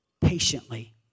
patiently